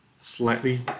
slightly